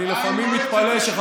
מה עם מועצת השורא?